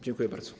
Dziękuję bardzo.